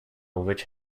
which